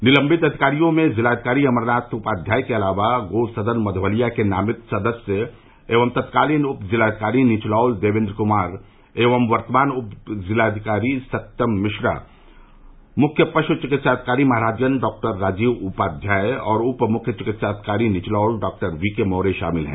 निलश्वित अधिकारियों में जिलाधिकारी अमरनाथ उपाध्याय के अलावा गो सदन मधवलिया के नामित सदस्य एवं तत्कालीन उप जिलाधिकारी निचलौल देवेन्द्र कुमार एवं वर्तमान उप जिलाधिकारी सत्यम मिश्रा मुख्य पशु चिकित्साधिकारी महराजगंज डॉक्टर राजीव उपाध्याय और उप मुख्य चिकित्साधिकारी निचलौल डॉक्टर वीके मौर्य शामिल हैं